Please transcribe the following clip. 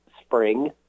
spring